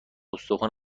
استخون